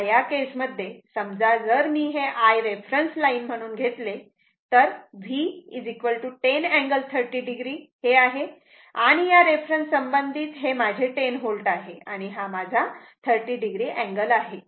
तेव्हा या केस मध्ये समजा जर मी हे I रेफरन्स लाईन म्हणून घेतले तर V 10 अँगल 30 o आहे तेव्हा या रेफरन्स संबंधित हे माझे 10 V आहे आणि हा माझा 30 o अँगल आहे